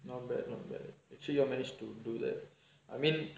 not bad not bad actually you all manage to do that I mean